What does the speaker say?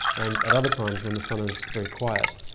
and at other times when the sun is very quiet,